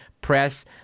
Press